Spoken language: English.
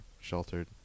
sheltered